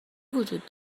وجود